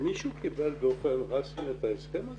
מישהו קיבל באופן רשמי את ההסכם הזה?